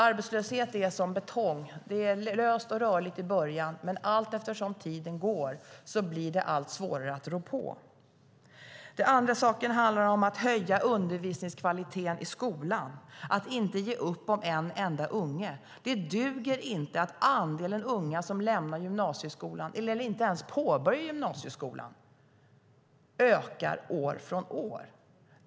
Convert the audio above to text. Arbetslöshet är som betong; den är lös och rörlig i början, men allteftersom tiden går blir den allt svårare att rå på. För det andra handlar det om att höja undervisningskvaliteten i skolan - att inte ge upp om en enda unge. Det duger inte att andelen unga som lämnar gymnasieskolan eller inte ens påbörjar gymnasieskolan ökar från år till år.